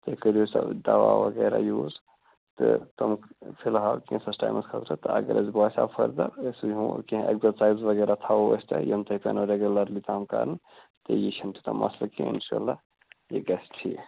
تُہۍ کٔرِو سا دوا وغیرہ یوٗز تہٕ تِم فِلحال کینٛژس ٹایمَس خٲطرٕ اَگر اَسہِ باسٮ۪و فٔردَر أسۍ ہَسا دِمہو کیٚنٛہہ اٮ۪گزرسایِز وغیرہ تھاوَو أسۍ تۄہہِ یِم تۄہہِ پٮ۪نو ریگوٗلرلی پٮ۪نو کَرٕنۍ تہٕ یہِ چھےٚ نہٕ تیٛوٗتاہ مَثلہٕ کیٚنٛہہ اِنشاللہ یہِ گژھِ ٹھیٖک